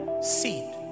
seed